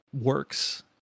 works